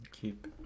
keep